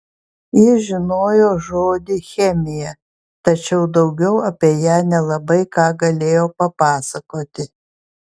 jis žinojo žodį chemija tačiau daugiau apie ją nelabai ką galėjo papasakoti